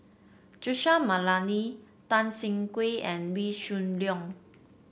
Joseph McNally Tan Siah Kwee and Wee Shoo Leong